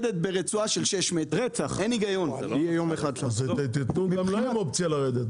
אז תיתנו גם להם לרדת.